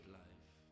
life